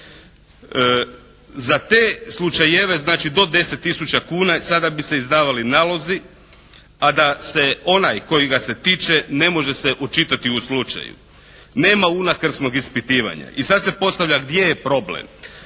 Za te slučajeve, znači do 10 tisuća kuna sada bi se izdavali nalozi a da ga se onaj koji ga se tiče ne može se učitati u slučaju. Nema unakrsnog ispitivanja. I sad se postavlja gdje je problem.